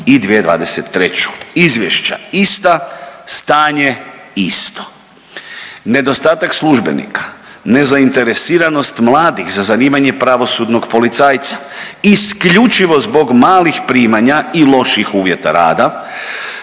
i 2023. Izvješća ista, stanje isto. Nedostatak službenika, nezainteresiranost mladih za zanimanje pravosudnog policajca isključivo zbog malih primanja i loših uvjeta rada